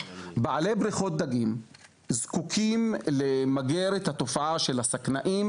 בעלי בריכות דגים זקוקים למגר את התופעה של השקנאים